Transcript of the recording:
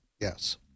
Yes